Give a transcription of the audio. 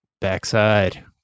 Backside